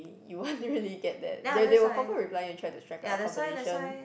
you won't really get that they'll they will confirm reply you and try to strike up a conversation